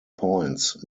points